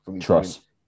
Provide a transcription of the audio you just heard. Trust